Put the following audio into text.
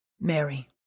Mary